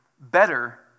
better